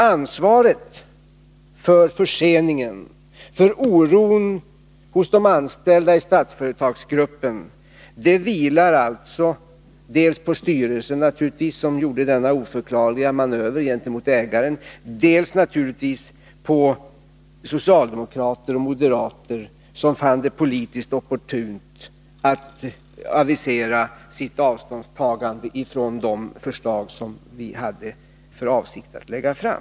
Ansvaret för förseningen och för oron bland de anställda i Statsföretagsgruppen vilar alltså dels naturligtvis på styrelsen, som gjorde denna oförklarliga manöver gentemot ägaren, dels naturligtvis på socialdemokrater och moderater, som fann det politiskt opportunt att avisera sitt avståndstagande från de förslag som vi hade för avsikt att lägga fram.